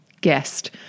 Guest